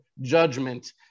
judgment